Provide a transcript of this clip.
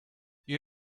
you